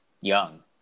Young